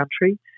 country